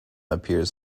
appears